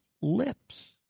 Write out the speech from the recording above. lips